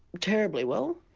terribly well,